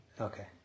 Okay